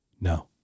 No